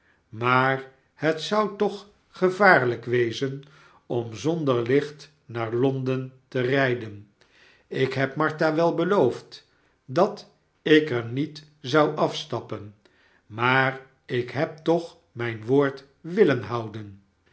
maar het zou toch gevaarlijk wezen om zonder licht naar londen te rijden ik heb martha wel beloofd dat ik er niet zou afstappen maar ik heb toch mijn woord willen houden